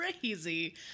crazy